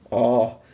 orh